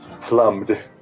plumbed